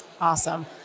Awesome